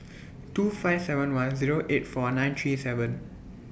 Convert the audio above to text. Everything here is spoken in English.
two five seven one Zero eight four nine three seven